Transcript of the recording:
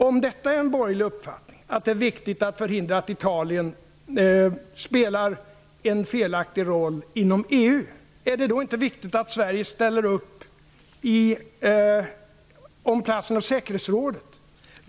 Om detta är en borgerlig uppfattning, dvs. att det är viktigt att förhindra att Italien spelar en felaktig roll inom EU, är det då inte viktigt att Sverige ställer upp som kandidat för att få platsen i säkerhetsrådet?